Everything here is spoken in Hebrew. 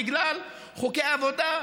בגלל חוקי עבודה,